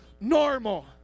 normal